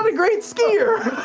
um great skier!